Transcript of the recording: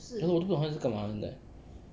ya lor 我都不懂他在干嘛现在